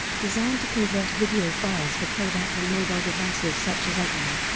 designed to convert video files for playback on mobile devices such as iphone,